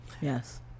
Yes